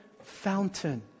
fountain